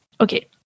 Okay